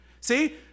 See